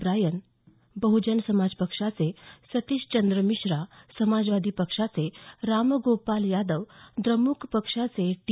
Brian Bahujan Samaj पक्षाचे सतीशचंद्र मिश्रा समाजवादी पक्षाचे रामगोपाल यादव द्रमुक पक्षाचे टी